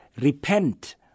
repent